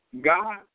God